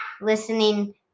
listening